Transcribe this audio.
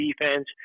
defense